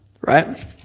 right